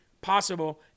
possible